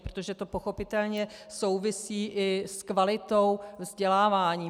Protože to pochopitelně souvisí i s kvalitou vzdělávání.